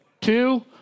Two